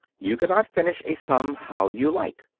you cannot finish a sum how you like.